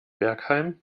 bergheim